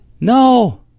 No